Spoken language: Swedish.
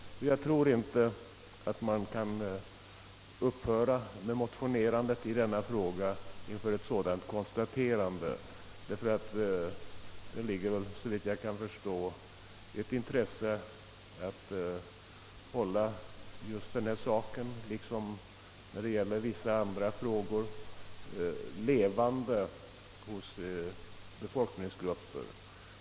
Jag tror inte att man inför ett sådant konstaterande kan upphöra att motionera i denna fråga, ty det föreligger såvitt jag kan förstå ett intresse att hålla denna liksom vissa andra frågor levande hos befolkningsgrupper.